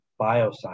Bioscience